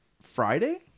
Friday